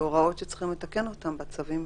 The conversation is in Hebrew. הוראות שצריכים לתקן אותן בצווים,